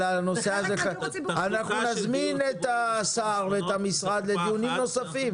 לגבי הנושא הזה אנחנו נזמין את השר ואת המשרד לדיונים נוספים.